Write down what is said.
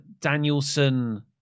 Danielson